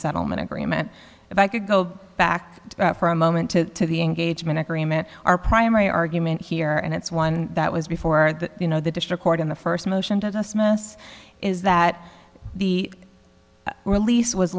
settlement agreement if i could go back for a moment to the engagement agreement our primary argument here and it's one that was before the you know the district court in the first motion to dismiss is that the release was